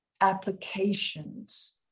applications